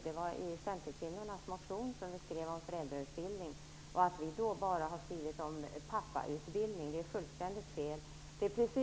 Det är helt fel, som Christina Pettersson påstod, att vi bara har skrivit om pappautbildning. Det är fullständigt fel.